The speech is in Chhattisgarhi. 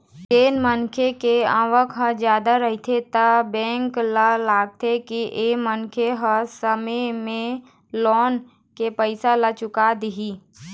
जेन मनखे के आवक ह जादा रहिथे त बेंक ल लागथे के ए मनखे ह समे म लोन के पइसा ल चुका देही